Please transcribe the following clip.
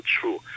true